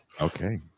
Okay